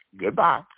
goodbye